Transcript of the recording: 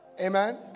Amen